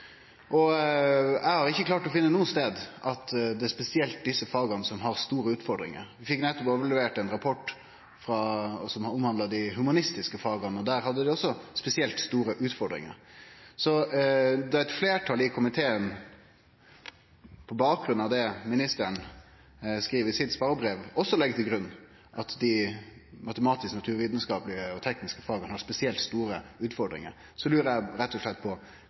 rekrutteringsstillingar. Eg har ikkje klart å finne nokon stad at det er spesielt desse faga som har store utfordringar. Vi fekk nettopp overlevert ein rapport som omhandla dei humanistiske faga, og der hadde dei også spesielt store utfordringar. Så når eit fleirtal i komiteen, på bakgrunn av det ministeren skriv i sitt svarbrev, også legg til grunn at dei matematiske, naturvitskaplege og tekniske faga har spesielt store utfordringar, lurer eg rett og slett på: